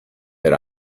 that